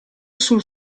sul